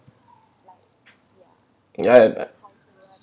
ya it uh